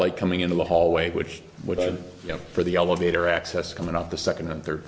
light coming into the hallway which would you know for the elevator access coming up the second and third